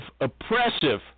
oppressive